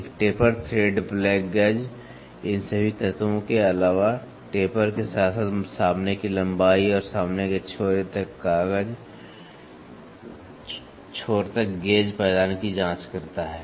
एक taper thread plug gauge इन सभी तत्वों के अलावा टेपर के साथ साथ सामने की लंबाई और सामने के छोर तक गेज पायदान की जांच करता है